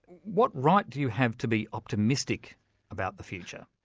what right do you have to be optimistic about the future?